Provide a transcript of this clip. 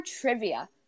trivia